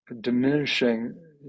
diminishing